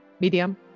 medium